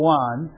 one